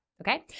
okay